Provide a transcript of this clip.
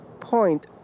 point